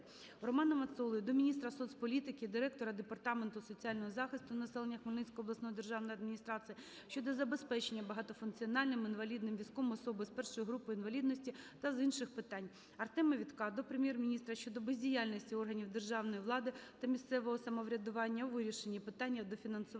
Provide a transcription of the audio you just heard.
Романа Мацоли до міністра соцполітики, директора Департаменту соціального захисту населення Хмельницької обласної державної адміністрації щодо забезпечення багатофункціональним інвалідним візком особу з I групою інвалідності та з інших питань. Артема Вітка до Прем'єр-міністра щодо бездіяльності органів державної влади та місцевого самоврядування у вирішенні питання дофінансування